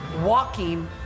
walking